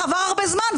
עבר הרבה זמן,